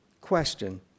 question